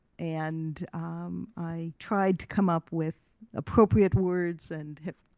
and i tried to come up with appropriate words and have,